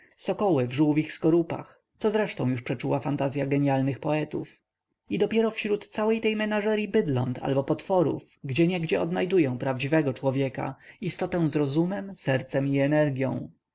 sokoły w żółwich skorupach co zresztą już przeczuła fantazya gienialnych poetów i dopiero wśród całej tej menażeryi bydląt albo potworów gdzieniegdzie odnajduję prawdziwego człowieka istotę z rozumem sercem i energią